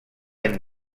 any